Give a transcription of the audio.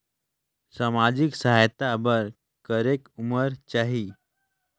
समाजिक सहायता बर करेके उमर चाही?